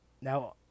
Now